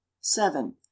seven